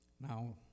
Now